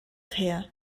here